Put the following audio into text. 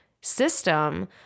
system